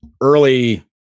early